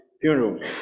funerals